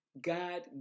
God